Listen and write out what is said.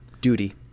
Duty